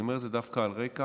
אני אומר את זה דווקא על רקע